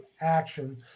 action